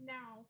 now